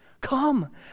Come